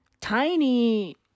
Tiny